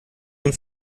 nun